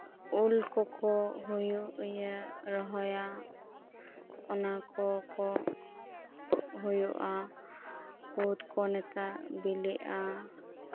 ᱩᱞ ᱠᱚᱠᱚ ᱦᱩᱭᱩᱜ ᱜᱮᱭᱟ ᱨᱚᱦᱚᱭᱟ ᱚᱱᱟ ᱠᱚᱠᱚ ᱦᱳᱭᱳᱜᱼᱟ ᱠᱩᱫ ᱠᱚ ᱱᱮᱛᱟᱨ ᱵᱤᱞᱤᱜᱼᱟ